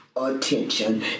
attention